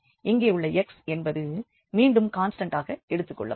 இங்கே உள்ள x என்பது மீண்டும் கான்ஸ்டண்டாக எடுத்துக்கொள்ளப்படும்